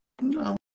No